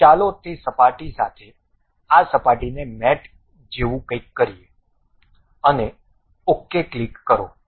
ચાલો તે સપાટી સાથે આ સપાટીને મેટ જેવું કંઈક કરીએ અને ok ક્લિક કરો